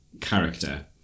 character